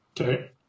Okay